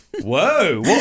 Whoa